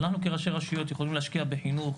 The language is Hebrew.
אנחנו כראשי רשויות יכולים להשקיע בחינוך,